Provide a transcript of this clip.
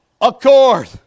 accord